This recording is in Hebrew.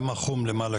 גם החום למעלה,